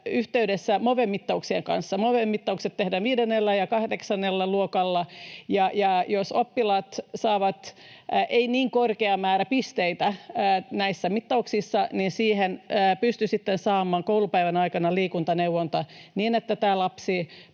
yhdessä Move-mittauksien kanssa. Move-mittaukset tehdään viidennellä ja kahdeksannella luokalla, ja jos oppilaat eivät saa niin korkeaa määrää pisteitä näissä mittauksissa, niin pystyy sitten saamaan koulupäivän aikana liikuntaneuvontaa, että lapsi